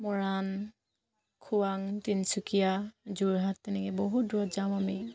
মৰাণ খোৱাং তিনিচুকীয়া যোৰহাট তেনেকৈ বহুত দূৰত যাওঁ আমি